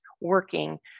working